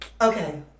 Okay